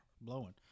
blowing